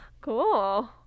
Cool